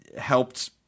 helped